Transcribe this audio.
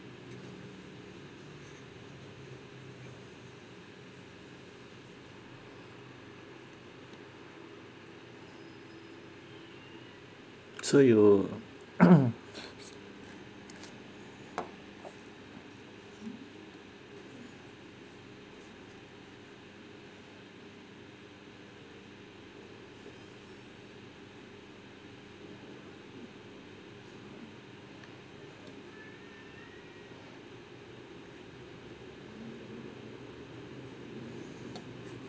so you